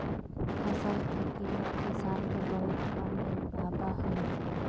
फसल के कीमत किसान के बहुत कम मिल पावा हइ